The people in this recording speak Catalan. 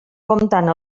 comptant